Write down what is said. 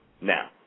Now